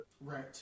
Right